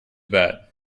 bad